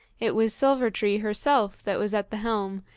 it was silver-tree herself that was at the helm,